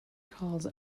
calls